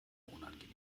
unangenehm